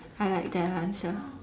I like that answer